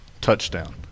touchdown